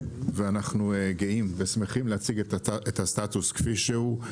ואנחנו גאים ושמחים להציג את הסטטוס כפי שהוא.